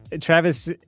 Travis